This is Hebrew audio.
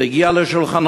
זה הגיע לשולחנו,